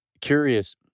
Curious